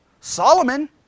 Solomon